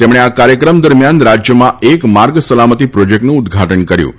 તેમણે આ કાર્યક્રમ દરમિયાન રાજ્યમાં એક માર્ગ સલામતી પ્રોજેક્ટનું ઉદ્વાટન કર્યું હતું